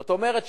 זאת אומרת,